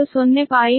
ಆದ್ದರಿಂದ ಇದು 0